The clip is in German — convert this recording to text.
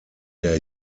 der